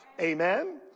Amen